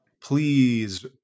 please